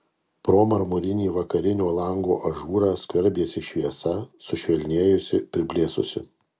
pro marmurinį vakarinio lango ažūrą skverbėsi šviesa sušvelnėjusi priblėsusi